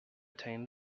attain